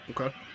okay